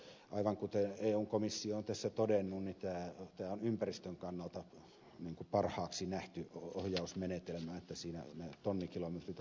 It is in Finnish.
mutta aivan kuten eu komissio on tässä todennut tämä on ympäristön kannalta parhaaksi nähty ohjausmenetelmä että tonnikilometrit ovat laskennan pohjana